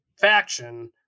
faction